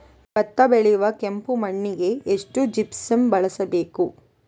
ಭತ್ತ ಬೆಳೆಯುವ ಕೆಂಪು ಮಣ್ಣಿಗೆ ಎಷ್ಟು ಜಿಪ್ಸಮ್ ಬಳಸಬೇಕು?